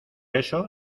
eso